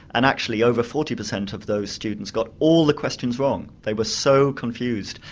and actually over forty per cent of those students got all the questions wrong. they were so confused,